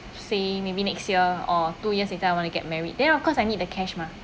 say maybe next year or two years in time I want to get married then of course I need the cash mah